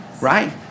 right